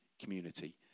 community